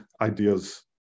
ideas